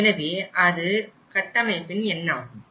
எனவே அது கட்டமைப்பின் எண்ணாகும்